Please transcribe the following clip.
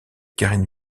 karine